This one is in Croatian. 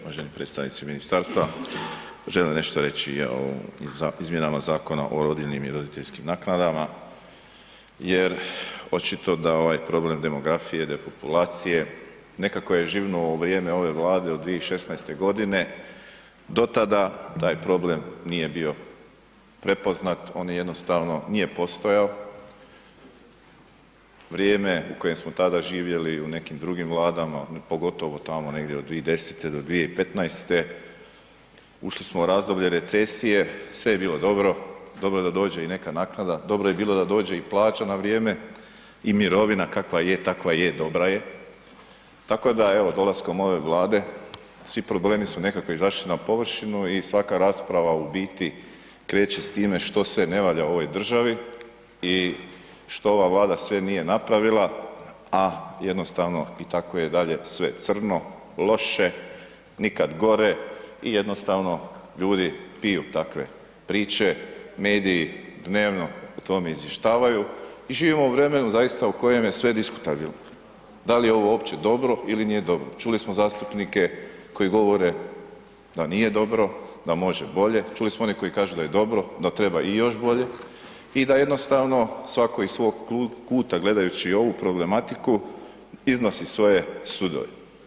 Uvaženi predstavnici ministarstva želim nešto reći i ja o ovim izmjenama Zakona o rodiljnim i roditeljskim naknadama jer očito da ovaj problem demografije, depopulacije nekako je živnu u vrijeme ove Vlade od 2016. godine, do tada taj problem nije bio prepoznat on jednostavno nije postojao, vrijeme u kojem smo tada živjeli u nekim drugim Vladama, pogotovo tamo negdje od 2010. do 2015. ušli smo u razdoblje recesije, sve je bilo dobro, dobro da dođe i neka naknada, dobro bilo da dođe i plaća na vrijeme i mirovina kakva je, takva je, dobra je, tako da evo dolaskom ove Vlade svi problemi su nekako izašli na površinu i svaka rasprava u biti kreće s time što sve ne valja u ovoj državi i što ova Vlada sve nije napravila, a jednostavno i tako je dalje sve crno, loše, nikad gore i jednostavno ljudi piju takve priče, mediji dnevno o tom izvještavaju i živimo u vremenu zaista u kojem je sve diskutabilno, da li je ovo uopće dobro ili nije dobro, čuli smo zastupnike koji govore da nije dobro, da može bolje, čuli smo one koji kažu da je dobro da treba i još bolje i da jednostavno svako iz svog kuta gledajući ovu problematiku iznosi svoje sudove.